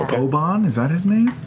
ah obann, is that his name?